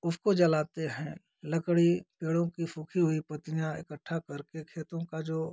उसको जलाते हैं लकड़ी पेड़ों कि सूखी हुई पत्तियाँ इकट्ठा करके खेतों का जो